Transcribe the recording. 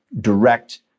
direct